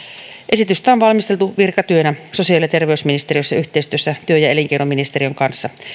esitystä on valmisteltu virkatyönä sosiaali ja terveysministeriössä yhteistyössä työ ja elinkeinoministeriön kanssa